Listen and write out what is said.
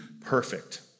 perfect